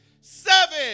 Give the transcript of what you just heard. seven